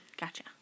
Gotcha